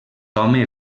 home